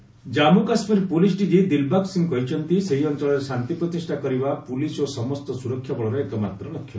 JK DGP Jammu Kashmir police DG Dilbag Singh କହିଛନ୍ତି ସେହି ଅଞ୍ଚଳରେ ଶାନ୍ତି ପ୍ରତିଷ୍ଠା କରିବା ପୁଲିସ୍ ଓ ସମସ୍ତ ସୁରକ୍ଷା ବଳର ଏକମାତ୍ର ଲକ୍ଷ୍ୟ